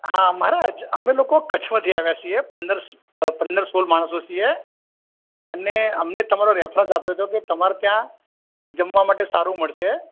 હા મહારાજ અમે લોકો કચ્છમાંથી આવ્યા છીએ પંદર અ પંદર સોળ માણસો છીએ અને અમને તમારો રેફરન્સ આપ્યો હતો કે તમારે ત્યાં જમવા માટે સારું મળશે